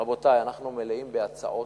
רבותי, אנחנו מלאים בהצעות.